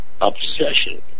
obsession